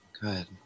Good